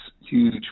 huge